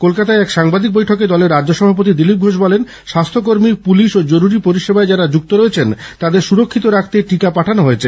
কলকাতায় এক সাংবাদিক বৈঠকে দলের রাজ্য সভাপতি দিলীপ ঘোষ বলেন স্বাস্থ্যকর্মী পুলিশ ও জরুরী পরিষেবায় যারা যুক্ত রয়েছেন তাদের সুরক্ষিত রাখতে টিকা পাঠানো হয়েছে